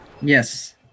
Yes